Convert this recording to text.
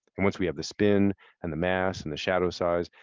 and once we have the spin and the mass and the shadow size,